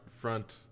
front